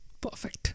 Perfect